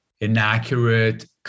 inaccurate